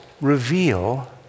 reveal